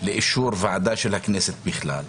לאישור ועדה של הכנסת בכלל,